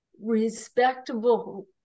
respectable